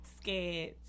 scared